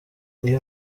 iyo